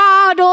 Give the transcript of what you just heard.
God